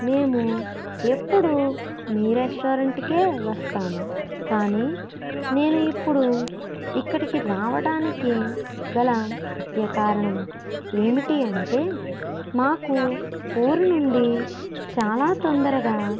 మేము ఎప్పుడు మీ రెస్టారెంట్కే వస్తాము కానీ నేను ఇప్పుడు ఇక్కడికి రావడానికి గల ముఖ్య కారణం ఏమిటి అంటే మాకు ఊరు నుండి చాలా తొందరగా